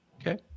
Okay